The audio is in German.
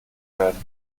werden